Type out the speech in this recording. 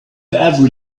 every